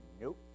Nope